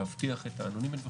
להבטיח את האנונימיות וכו',